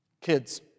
Kids